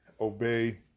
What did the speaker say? obey